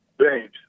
James